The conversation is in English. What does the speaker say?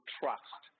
trust